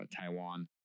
Taiwan